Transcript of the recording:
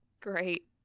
Great